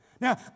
Now